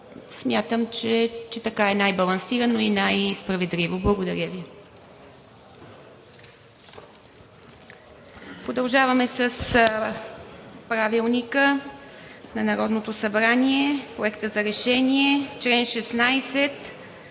Смятам, че така не най-балансирано и най-справедливо. Благодаря Ви.